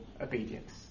obedience